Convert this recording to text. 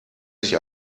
sich